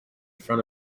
front